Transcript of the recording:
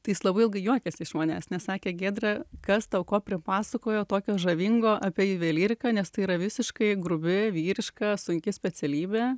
tai jis labai ilgai juokiasi iš manęs nes sakė giedre kas tau ko pripasakojo tokio žavingo apie juvelyriką nes tai yra visiškai grubi vyriška sunki specialybė